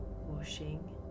washing